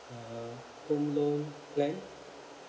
uh home loan plan